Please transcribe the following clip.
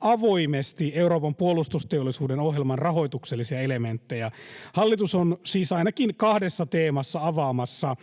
avoimesti Euroopan puolustusteollisuuden ohjelman rahoituksellisia elementtejä. Hallitus on siis ainakin kahdessa teemassa avaamassa